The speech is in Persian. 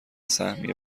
سهمیه